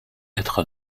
être